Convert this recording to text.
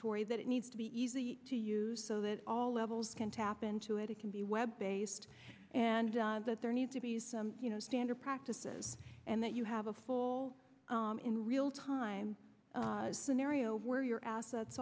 repository that it needs to be easy to use so that all levels can tap into it it can be web based and that there need to be some you know standard practices and that you have a full in real time scenario where your assets